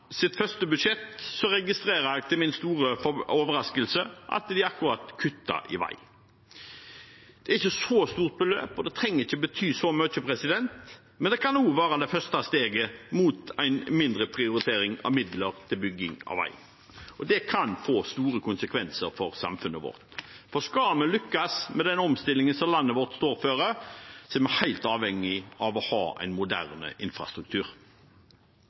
sitt første budsjett, registrerer jeg til min store overraskelse at de kutter i bevilgningene til akkurat vei. Det er ikke et så stort beløp, og det trenger ikke bety så mye, men det kan også være det første steget mot en mindre prioritering av midler til bygging av vei. Det kan få store konsekvenser for samfunnet vårt. For skal vi lykkes med den omstillingen som landet vårt står foran, er vi helt avhengig av å ha en moderne infrastruktur.